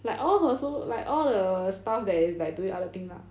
like all her so like all the staff that is like doing other thing lah